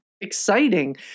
exciting